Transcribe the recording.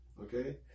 okay